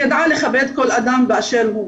היא ידעה לכבד כל אדם באשר הוא.